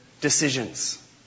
decisions